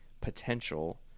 potential